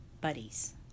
buddies